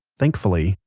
thankfully,